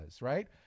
right